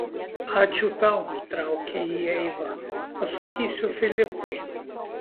ačiū tau nutraukė jį eiva pasakysiu filipui